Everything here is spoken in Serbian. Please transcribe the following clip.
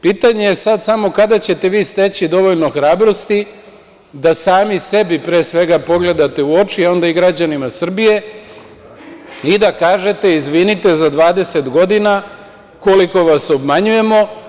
Pitanje je sada samo kada ćete vi steći dovoljno hrabrosti da sami sebi pre svega pogledate u oči, a onda i građanima Srbije i da kažete – izvinite za 20 godina koliko vas obmanjujemo.